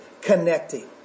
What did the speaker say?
connecting